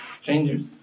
Strangers